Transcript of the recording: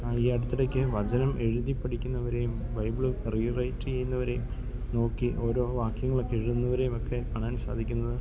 ഈ അടുത്തിടയ്ക്ക് വചനം എഴുതി പഠിക്കുന്നവരേയും ബൈബിള് റീറൈറ്റ് ചെയ്യുന്നവരേയും നോക്കി ഓരോ വാക്യങ്ങളൊക്കെ എഴുതുന്നവരേയും ഒക്കെ കാണാൻ സാധിക്കുന്നത്